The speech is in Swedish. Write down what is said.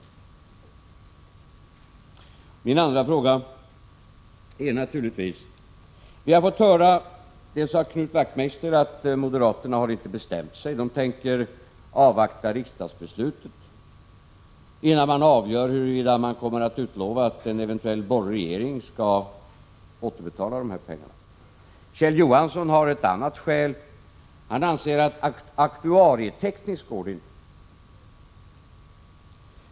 Så till min andra fråga, som gällde en eventuell återbetalning av de här pengarna: Vi har fått höra av Knut Wachtmeister att moderaterna inte har bestämt sig, utan tänker avvakta riksdagsbeslutet innan de avgör huruvida de kommer att utlova att en eventuell borgerlig regering skall återbetala pengarna. Kjell Johansson anför ett annat skäl. Han anser att det aktuarietekniskt inte går att betala igen pengarna.